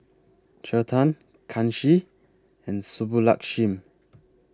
Chetan Kanshi and Subbulakshmi